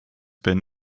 been